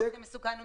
המקום הכי מסוכן הוא